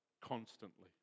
constantly